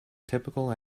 typical